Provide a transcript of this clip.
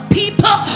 people